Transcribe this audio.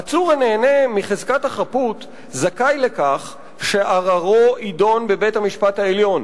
עצור הנהנה מחזקת החפות זכאי לכך שערערו יידון בבית-המשפט העליון,